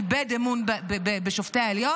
איבד אמון בשופטי העליון,